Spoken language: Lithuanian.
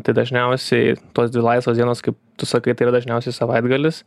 tai dažniausiai tos dvi laisvos dienos kaip tu sakai tai yra dažniausiai savaitgalis